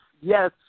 yes